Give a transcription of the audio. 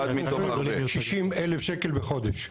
--- 60,000 שקל בחודש.